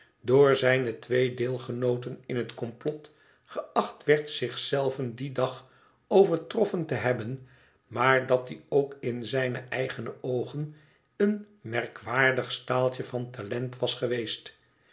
door zijne twee deelgenooten in het komplot geacht werd zich zelven dien dag overtroffen te hebben maar dat die ook in zijne eigene oogen een merkwaardig staaltje van talent was geweest